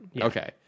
okay